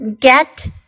get